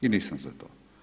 I nisam za to.